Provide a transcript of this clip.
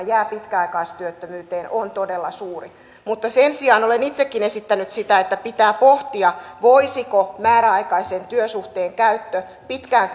jää pitkäaikaistyöttömyyteen on todella suuri mutta sen sijaan olen itsekin esittänyt sitä että pitää pohtia voisiko määräaikaisen työsuhteen käyttö pitkään